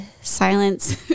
silence